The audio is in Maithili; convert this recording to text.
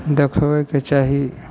देखबैके चाही